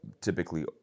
typically